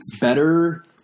better